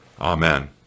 Amen